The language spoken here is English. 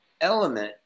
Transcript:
element